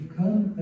come